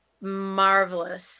marvelous